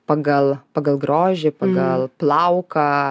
pagal pagal grožį pagal plauką